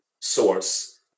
source